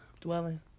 Dwelling